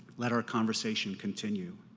let our conversation continue.